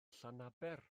llanaber